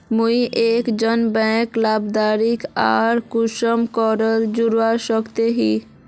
मुई एक जन बैंक लाभारती आर कुंसम करे जोड़वा सकोहो ही?